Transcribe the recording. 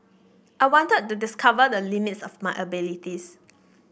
I wanted to discover the limits of my abilities